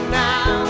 now